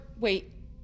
wait